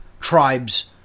tribes